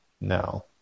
now